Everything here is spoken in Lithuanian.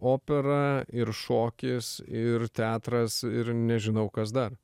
opera ir šokis ir teatras ir nežinau kas dar